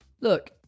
Look